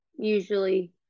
usually